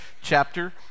chapter